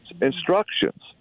instructions